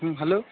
ହୁଁ ହ୍ୟାଲୋ